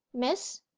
miss?